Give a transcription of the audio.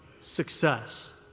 success